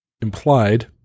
implied